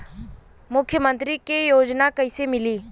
मुख्यमंत्री के योजना कइसे मिली?